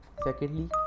Secondly